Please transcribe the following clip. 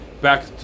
back